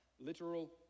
Literal